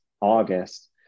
august